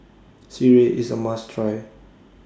Sireh IS A must Try